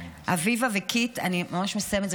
אביבה וקית' אני ממש מסיימת,